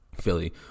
Philly